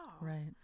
Right